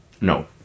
no